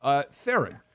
Theron